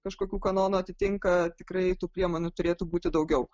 kažkokių kanonų atitinka tikrai tų priemonių turėtų būti daugiau